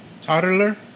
Toddler